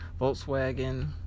Volkswagen